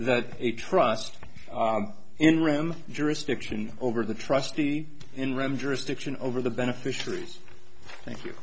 that a trust in room jurisdiction over the trustee in rome jurisdiction over the beneficiaries thank you